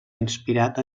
inspirat